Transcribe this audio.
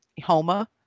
Homa